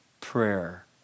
prayer